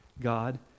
God